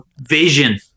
vision